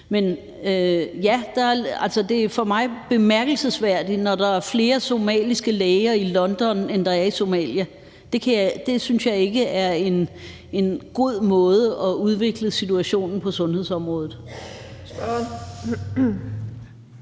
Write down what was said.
det er for mig bemærkelsesværdigt, når der er flere somaliske læger i London, end der er i Somalia. Det synes jeg ikke er en god måde at udvikle situationen på sundhedsområdet